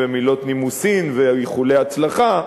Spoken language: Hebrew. במילות נימוסים ובאיחולי הצלחה,